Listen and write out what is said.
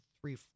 three